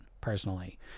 personally